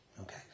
Okay